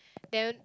then